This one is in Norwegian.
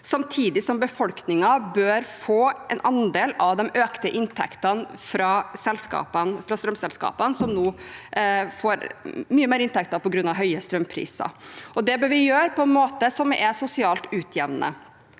samtidig som befolkningen bør få en andel av de økte inntektene fra strømselskapene, som nå får mye mer inntekter på grunn av høye strømpriser. Det bør vi gjøre på en måte som er sosialt utjevnende.